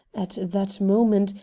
at that moment,